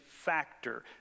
factor